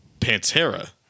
Pantera